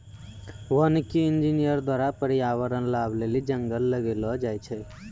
वानिकी इंजीनियर द्वारा प्रर्यावरण लाभ लेली जंगल लगैलो जाय छै